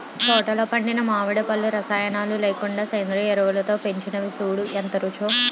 తోటలో పండిన మావిడి పళ్ళు రసాయనాలు లేకుండా సేంద్రియ ఎరువులతో పెంచినవి సూడూ ఎంత రుచో